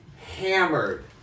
hammered